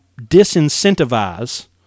disincentivize